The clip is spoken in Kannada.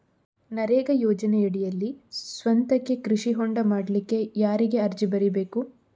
ನರೇಗಾ ಯೋಜನೆಯಡಿಯಲ್ಲಿ ಸ್ವಂತಕ್ಕೆ ಕೃಷಿ ಹೊಂಡ ಮಾಡ್ಲಿಕ್ಕೆ ಯಾರಿಗೆ ಅರ್ಜಿ ಬರಿಬೇಕು?